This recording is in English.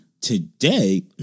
today